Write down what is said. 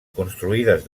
construïdes